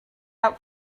out